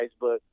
Facebook